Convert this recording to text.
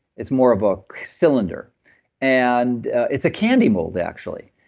it's more of a cylinder and it's a candy mold actually.